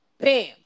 Bam